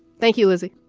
thank you. as a